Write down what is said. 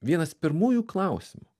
vienas pirmųjų klausimų